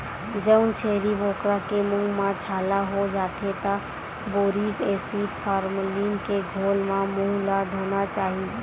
जउन छेरी बोकरा के मूंह म छाला हो जाथे त बोरिक एसिड, फार्मलीन के घोल म मूंह ल धोना चाही